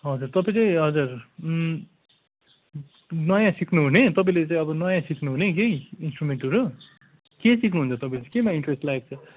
हजुर तपाईँ केही हजुर नयाँ सिक्नुहुने तपाईँले चाहिँ अब नयाँ सिक्नुहुने केही इन्सट्रुमेन्टहरू के सिक्नुहुन्छ तपाईँ केमा इन्ट्रेस्ट लागेको छ